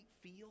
feel